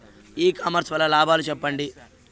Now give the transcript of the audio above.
ఇ commerce వల్ల లాభాలు సెప్పండి?